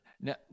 No